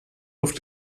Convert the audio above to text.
luft